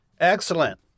Excellent